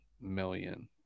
million